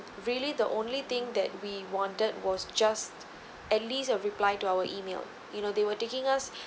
really the only thing that we wanted was just at least a reply to our email you know they were taking us